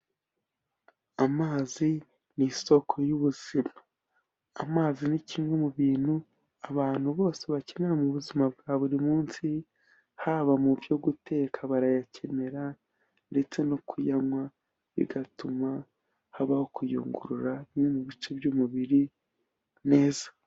Amazi ni isoko y'ubuzima, amazi ni kimwe mu bintu abantu bose bakenera mu buzima bwa buri munsi, haba mu byo guteka barayakenera ndetse no kuyanywa, bigatuma habaho kuyungurura bimwe mu bice by'umubiri neza.